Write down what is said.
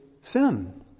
sin